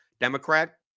Democrat